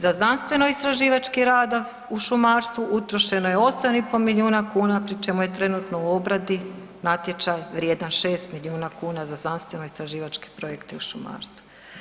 Za znanstveno-istraživački rad u šumarstvu utrošeno je 8,5 miliona kuna pri čemu je trenutno u obradi natječaj vrijedan 6 miliona kuna za znanstveno-istraživačke projekte u šumarstvu.